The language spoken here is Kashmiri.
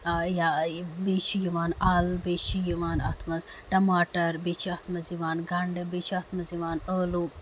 یا بیٚیہِ چھِ یِوان اَل بیٚیہِ چھِ یِوان اَتھ منٛز ٹَماٹر بیٚیہِ چھِ اَتھ منٛز یِوان گَنڈٕ بیٚیہِ چھِ اَتھ منٛز یِوان ٲلو